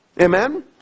Amen